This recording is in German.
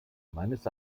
meines